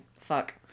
Fuck